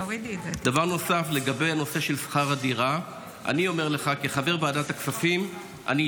דבר נוסף לגבי הנושא של שכר הדירה: כחבר ועדת הכספים אני אומר לך,